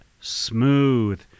smooth